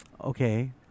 Okay